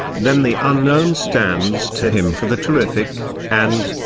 then the unknown stands to him for the terrific, and,